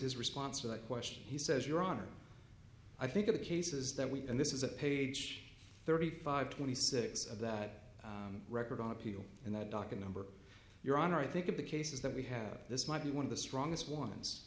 his response to that question he says your honor i think of the cases that we and this is a page thirty five twenty six of that record on appeal and that docket number your honor i think of the cases that we have this might be one of the strongest ones